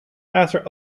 after